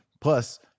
Plus